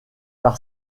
par